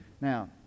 Now